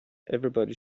everybody